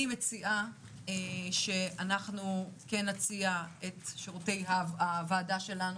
אני מציעה שאנחנו כן נציע את שירותי הוועדה שלנו.